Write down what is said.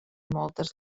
moltes